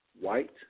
white